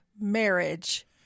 marriage